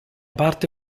parte